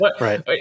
right